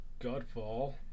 Godfall